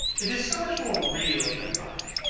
it is so much more real than life.